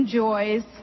joys